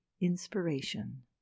Inspiration